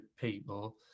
people